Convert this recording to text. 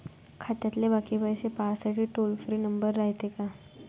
खात्यातले बाकी पैसे पाहासाठी टोल फ्री नंबर रायते का?